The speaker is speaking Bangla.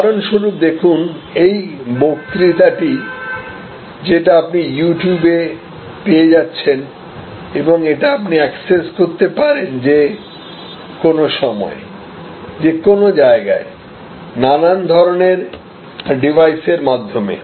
উদাহরণস্বরূপ দেখুন এই বক্তৃতাটি যেটা আপনি ইউটিউবে পেয়ে যাচ্ছেন এবং এটা আপনি অ্যাক্সেস করতে পারেন যে কোনো সময় যে কোনো জায়গায় নানান ধরনের ডিভাইসের মাধ্যমে